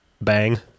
bang